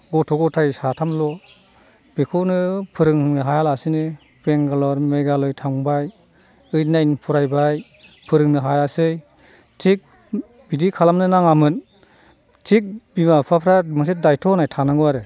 गथ' गथाय साथामल' बेखौनो फोरोंनो हायालासिनो बेंगलर मेघालय थांबाय एइ्ट नाइन फरायबाय फोरोंनो हायासै थिख बिदि खालामनो नाङामोन थिख बिमा बिफाफ्रा मोनसे दायथ' होननाय थानांगौ आरो